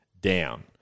down